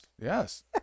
yes